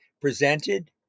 presented